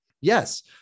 Yes